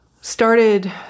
started